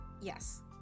Yes